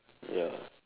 ya